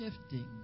shifting